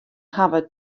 hawwe